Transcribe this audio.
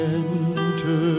enter